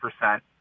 percent